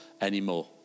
anymore